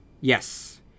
Yes